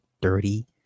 dirty